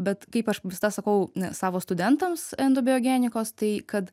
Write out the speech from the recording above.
bet kaip aš visada sakau savo studentams endobiogenikos tai kad